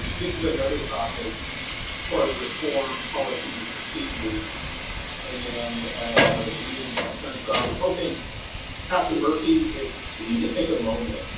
this is another topic as far as reform policies and procedures and and you know the community concerns, so ah i was hoping pastor murphy, if you could take a moment